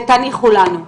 ותניחו לנו.